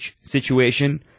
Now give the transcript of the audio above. situation